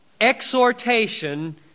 exhortation